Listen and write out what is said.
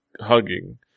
hugging